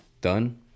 done